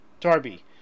Darby